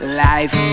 life